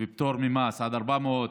ופטור ממס עד 400,